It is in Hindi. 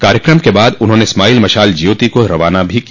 कार्यक्रम के बाद उन्होंने स्माइल मशाल ज्योति को रवाना किया